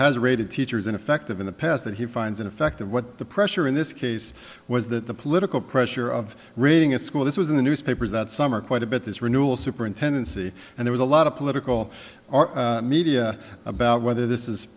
has rated teachers ineffective in the past that he finds in effect of what the pressure in this case was that the political pressure of reading a school this was in the newspapers that summer quite a bit this renewal superintendency and there was a lot of political media about whether this is